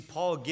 Paul